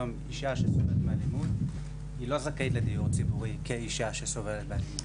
היום אישה שסובלת מאלימות לא זכאית לדיור ציבורי כאישה שסובלת מאלימות.